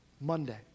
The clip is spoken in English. Monday